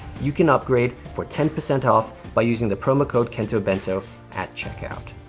you can upgrade for ten percent off by using the promo code kentobento at checkout.